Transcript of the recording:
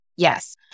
Yes